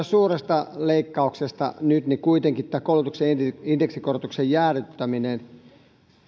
suuresta leikkauksesta nyt niin kuitenkin tämä koulutuksen indeksikorotuksen jäädyttäminen